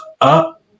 up